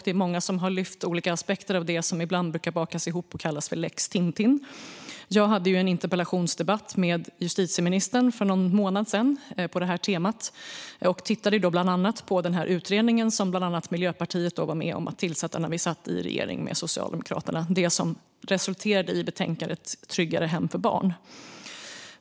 Det är många som har lyft fram olika aspekter av det som ibland bakas ihop och kallas lex Tintin. Jag hade för någon månad sedan en interpellationsdebatt med justitieministern på det här temat och tittade då bland annat på den utredning som Miljöpartiet var med om att tillsätta när Miljöpartiet satt i regering med Socialdemokraterna, som resulterade i betänkandet Tryggare hem för barn .